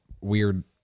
weird